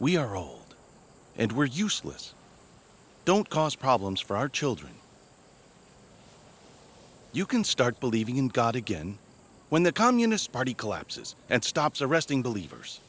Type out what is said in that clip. we are old and were useless don't cause problems for our children you can start believing in god again when the communist party collapses and stops arresting believers